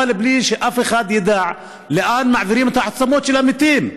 אבל בלי שאף אחד ידע לאן מעבירים את העצמות של המתים.